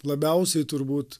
labiausiai turbūt